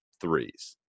threes